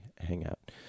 Hangout